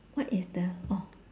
what is the oh